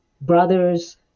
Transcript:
brother's